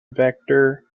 vector